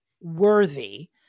Worthy